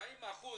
40%